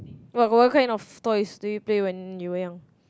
what what kind of toys do you play when you were young